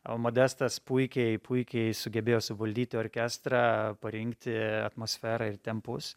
o modestas puikiai puikiai sugebėjo suvaldyti orkestrą parinkti atmosferą ir tempus